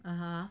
(uh huh)